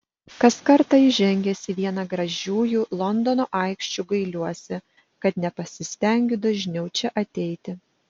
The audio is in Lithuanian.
kas kartą įžengęs į vieną gražiųjų londono aikščių gailiuosi kad nepasistengiu dažniau čia ateiti